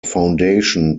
foundation